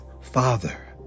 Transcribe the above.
Father